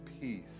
peace